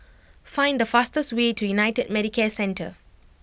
find the fastest way to United Medicare Centre